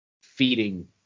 feeding